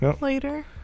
later